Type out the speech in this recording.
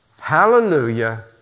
Hallelujah